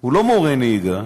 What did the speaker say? הוא לא מורה לנהיגה.